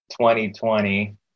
2020